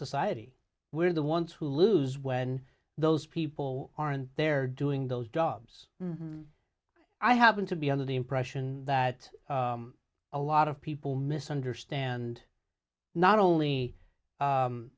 society we're the ones who lose when those people aren't there doing those jobs i happen to be under the impression that a lot of people misunderstand not only